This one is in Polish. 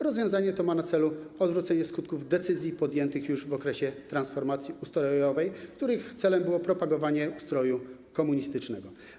Rozwiązanie to ma na celu odwrócenie skutków decyzji podjętych już w okresie transformacji ustrojowej, których celem było propagowanie ustroju komunistycznego.